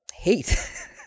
hate